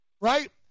Right